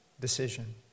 decision